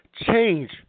change